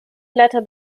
blätter